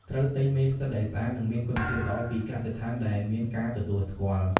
ត្រូវទិញមេផ្សិតដែលស្អាត និងមានគុណភាពល្អពីកសិដ្ឋានដែលមានការទទួលស្គាល់។